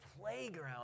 playground